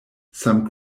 some